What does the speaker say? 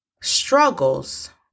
struggles